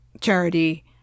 charity